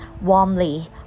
warmly